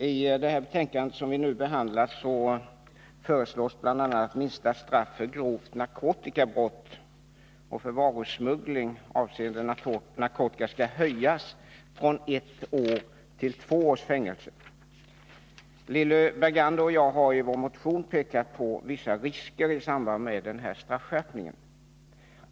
Herr talman! I det betänkande som vi nu behandlar föreslås bl.a. att lägsta straff för grovt narkotikabrott och för varusmuggling avseende narkotika skall höjas från ett års till två års fängelse. Lilly Bergander och jag har i vår motion pekat på vissa risker i samband med den här straffskärpningen.